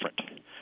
different